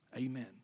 Amen